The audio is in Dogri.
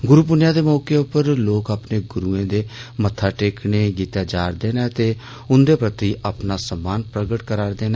गुरू पुन्नेया दे मौके पर लोक अपने गुरूए दे मत्था टेकने गितै जारदे न ते उन्दे प्रति अपना सम्मान प्रगट करा करदे न